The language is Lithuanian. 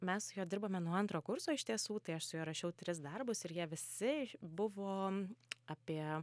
mes su juo dirbome nuo antro kurso iš tiesų tai aš su juo rašiau tris darbus ir jie visi buvo apie